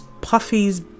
Puffy's